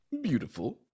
beautiful